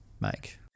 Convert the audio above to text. make